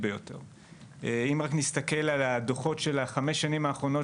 אם יש איזשהו גורם שיכול לומר שהוא לא מסכים עם הנתונים האלה,